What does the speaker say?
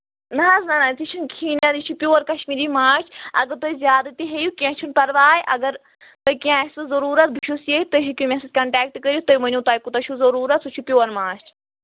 نہ حظ نہ نہ یہِ چھُنہٕ کھیٖنر یہِ چھُ پیور کَشمیٖری ماچھ اگر تۄہہِ زیادٕ تہِ ہیٚیِو کیٚنٛہہ چھُنہٕ پَرواے اگر تُہۍ کیٚنٛہہ آسوٕ ضروٗرت بہٕ چھُس ییٚتہِ تُہۍ ہیٚکِو مےٚ سۭتۍ کَنٹیکٹ کٔرِتھ تُہۍ ؤنِو تۄہہِ کوٗتاہ چھُو ضروٗرت سُہ چھُ پیور ماچھ